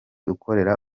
ukorera